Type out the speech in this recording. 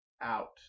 out